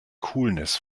coolness